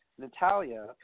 Natalia